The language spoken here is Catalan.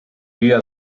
via